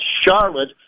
Charlotte